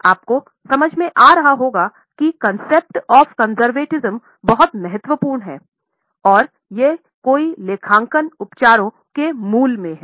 आपको समझ में आ रहा होंगा कि कॉन्सेप्ट बहुत महत्वपूर्ण है और यह कई लेखांकन उपचारों के मूल में है